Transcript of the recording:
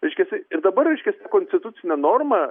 reiškiasi ir dabar reiškiasi konstitucinė norma